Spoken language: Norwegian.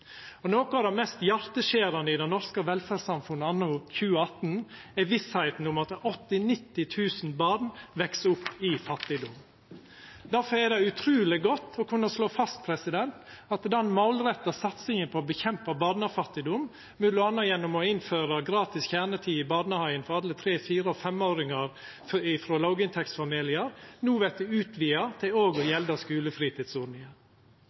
ulikskap. Noko av det mest hjarteskjerande i det norske velferdssamfunnet anno 2018 er vissa om at 80 000–90 000 barn veks opp i fattigdom. Difor er det utruleg godt å kunna slå fast at den målretta satsinga på å kjempa mot barnefattigdom, m.a. gjennom å innføra gratis kjernetid i barnehagen for alle tre-, fire- og femåringar frå låginntektsfamiliar, no vert utvida til òg å gjelda skulefritidsordninga. For ein sosialliberalar og verdsborgar gjer det òg godt å